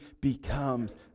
becomes